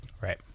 Right